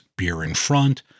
beerinfront